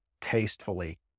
tastefully